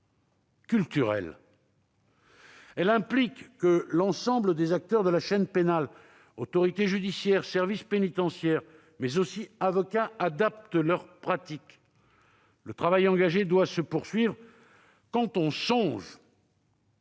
Elle implique que l'ensemble des acteurs de la chaîne pénale- autorité judiciaire, services pénitentiaires, mais aussi avocats -adaptent leurs pratiques. Le travail engagé doit se poursuivre quand on songe